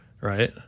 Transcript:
Right